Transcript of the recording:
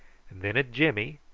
and then at jimmy,